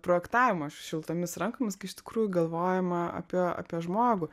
projektavimo šiltomis rankomis kai iš tikrųjų galvojama apie apie žmogų